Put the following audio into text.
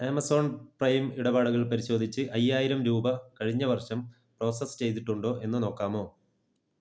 Amazon Prime ഇടപാടുകൾ പരിശോധിച്ച് അയ്യായിരം രൂപ കഴിഞ്ഞ വർഷം പ്രോസസ്സ് ചെയ്തിട്ടുണ്ടോ എന്ന് നോക്കാമോ